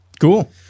Cool